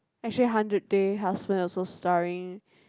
actually Hundred Day Husband also starring